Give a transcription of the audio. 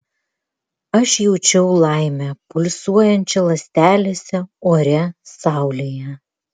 aš jaučiau laimę pulsuojančią ląstelėse ore saulėje